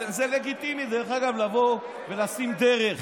זה לגיטימי דרך אגב לבוא ולשים דרך,